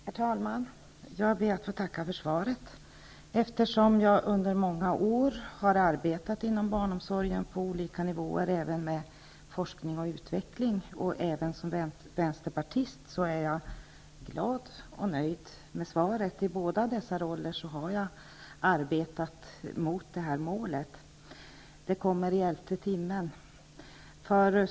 Herr talman! Jag ber att få tacka för svaret. Eftersom jag under många år har arbetat inom barnomsorgen på olika nivåer, även med forskning och utveckling och politiskt som vänsterpartist, är jag glad och nöjd med svaret. I båda dessa roller har jag arbetat mot det här målet. Målet uppfylls i elfte timmen.